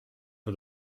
for